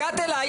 הגעת אליי,